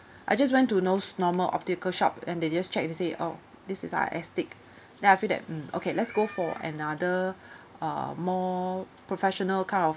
I just went to those normal optical shop and they just checked and say oh this is ah astig~ then I feel that mm okay let's go for another uh more professional kind of